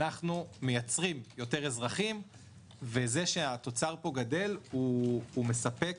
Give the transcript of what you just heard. אנחנו מייצרים יותר אזרחים וזה שהתוצר פה גדל הוא מספק,